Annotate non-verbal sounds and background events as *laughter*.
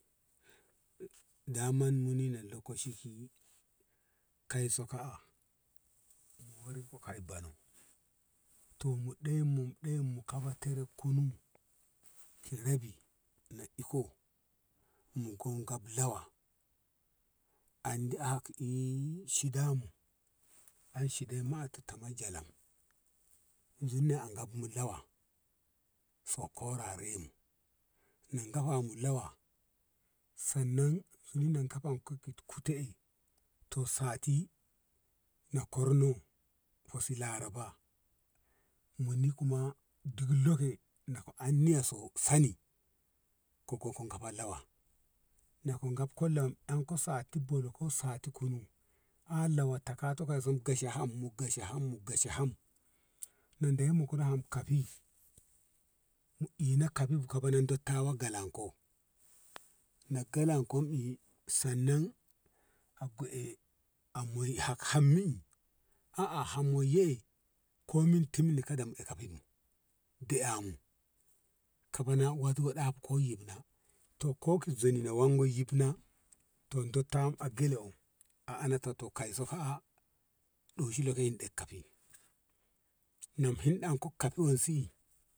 Daman muni na lokaci ki kaiso ka mu wori ko kaibono to mu ɗemu mu ɗemu kaba tere kunu ki rabi mu iko mu kob golawa andi ah *hesitation* shida mu an shida mu tete jalam zubni a gabnu lawa so ko raremu na gafa mu lawa sannan zulnan kafan kute`e to sati na korno hoti laraba muni kuma duklake loko an niya so sani ko go ka fa lawan na ko gafko lam anko sati bolo ko sati kunu ah lawa taka to kaiso mu gashe ham mu gashe ham no dei muko ham kafi mu ina kafi kaba dattawa galanko na galankon i sannan akko eh ammoi hakko hammi a`a hamoi ye ko min tumli kada *unintelligible* da ehmu kaba na watko ɗabku yakka to ko ki zoni na wango yumna to dottawa a gyalewo a anto kaiso ka a`a ɗoshi ka hinɗe ka kafe nam hinɗan kafe wasi`i.